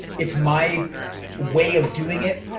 it's my way of doing it,